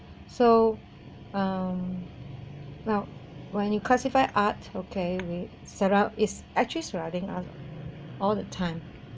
so um now when you classify arts okay we set out it's actually surrounding us all the time